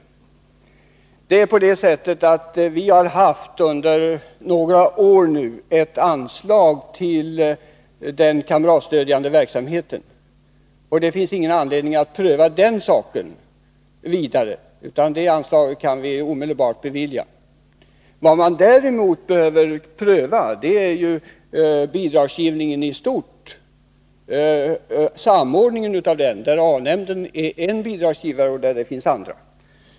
Vi har nu under några år gett ett anslag till den kamratstödjande verksamheten. Det finns ingen anledning att pröva det anslaget vidare, utan det kan vi bevilja omedelbart. Vad vi däremot behöver pröva är bidragsgivningen i stort och samordningen av denna. A-nämnden är en bidragsgivare, och det finns även andra.